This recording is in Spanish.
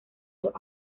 los